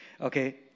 okay